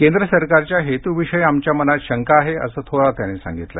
केंद्र सरकारच्या हेतूविषयी आमच्या मनात शंका आहे असं थोरात यांनी सांगितलं